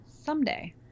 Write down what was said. someday